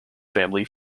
family